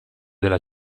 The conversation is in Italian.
della